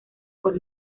por